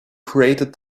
created